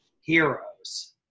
heroes